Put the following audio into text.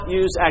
use